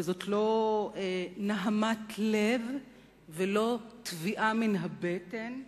וזאת לא נהמת לב ולא תביעה מן הבטן,